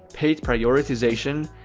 paid prioritization,